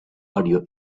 audio